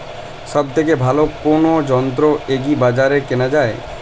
সব থেকে ভালো কোনো যন্ত্র এগ্রি বাজারে কেনা যায়?